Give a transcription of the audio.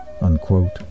...unquote